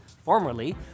formerly